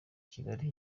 kigali